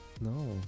No